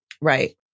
Right